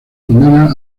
condenas